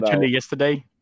yesterday